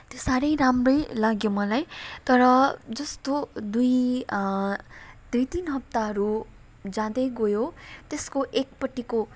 त्यो साह्रै राम्रै लाग्यो मलाई तर जस्तो दुई दुई तिन हप्ताहरू जाँदै गयो त्यसको एकपट्टिको